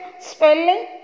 spelling